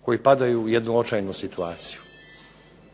koji padaju u jednu očajnu situaciju.